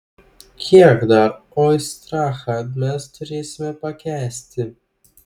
kiek dar oistrachą mes turėsime pakęsti